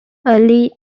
early